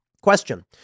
Question